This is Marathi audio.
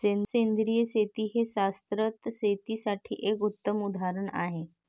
सेंद्रिय शेती हे शाश्वत शेतीसाठी एक उत्तम उदाहरण आहे